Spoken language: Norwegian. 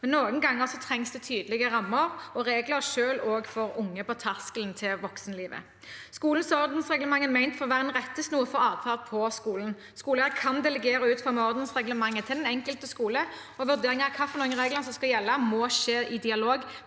men noen ganger trengs det tydeligere rammer og regler selv for unge på terskelen til voksenlivet. Skolens ordensreglement er ment å være en rettesnor for adferd på skolen. Skoleeier kan delegere utformingen av ordensreglementet til den enkelte skole, og vurderingen av hvilke regler som skal gjelde, må skje i dialog